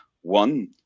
One